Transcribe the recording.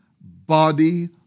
body